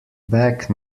back